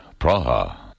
Praha